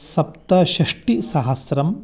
सप्तषष्टि सहस्रम्